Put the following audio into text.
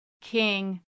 King